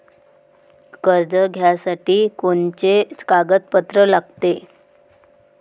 कर्ज घ्यासाठी कोनचे कागदपत्र लागते?